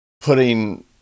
putting